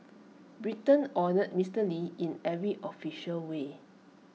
Britain honoured Mister lee in every official way